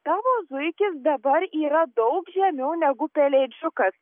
tavo zuikis dabar yra daug žemiau negu pelėdžiukas